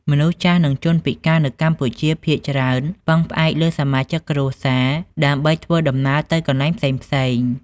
មនុស្សចាស់នឹងជនពិការនៅកម្ពុជាភាគច្រើនពឹងផ្អែកលើសមាជិកគ្រួសារ ដើម្បីធ្វើដំណើរទៅកន្លែងផ្សេងៗ។